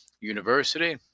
university